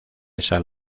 esa